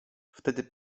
wtedy